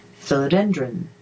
philodendron